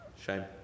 Shame